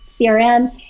CRM